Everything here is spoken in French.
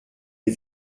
les